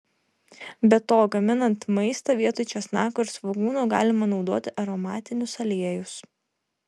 be to gaminant maistą vietoj česnako ir svogūno galima naudoti aromatinius aliejus